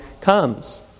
comes